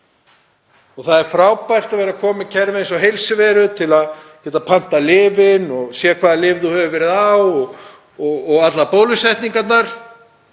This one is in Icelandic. Það er frábært að vera komin með kerfi eins og Heilsuveru til að geta pantað lyfin og séð hvaða lyfjum maður hefur verið á og allar bólusetningarnar.